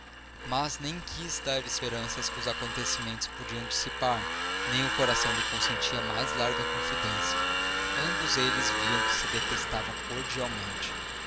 mas nem quis dar esperanças que os acontecimentos podiam dissipar nem o coração lhe consentia mais larga confidência ambos eles viam que se detestavam cordialmente